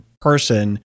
person